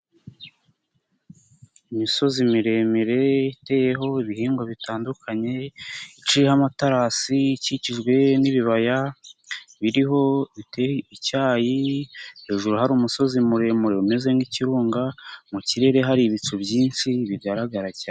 Imisozi miremire, iteyeho ibihingwa bitandukanye, iciho amaterasi, ikikijwe n'ibibaya, biriho icyayi, hejuru hari umusozi muremure umeze nk'ikirunga, mu kirere hari ibicu byinshi, bigaragara cyane.